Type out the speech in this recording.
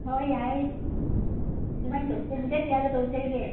ꯍꯣꯏ ꯌꯥꯏꯌꯦ ꯑꯗꯨꯃꯥꯏꯅ ꯇꯧꯁꯦ ꯗꯦꯠ ꯀꯌꯥꯗ ꯇꯧꯁꯦ ꯍꯥꯏꯒꯦ